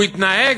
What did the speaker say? הוא התנהג